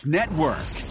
Network